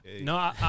no